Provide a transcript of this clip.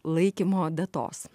laikymo datos